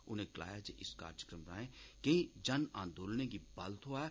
उनें गलाया जे इस कार्यक्रम राएं केई जन आन्दोलनें गी बल थ्होआ ऐ